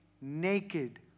naked